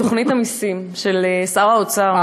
תוכנית המסים של שר האוצר,